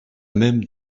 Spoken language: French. même